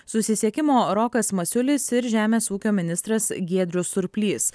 susisiekimo rokas masiulis ir žemės ūkio ministras giedrius surplys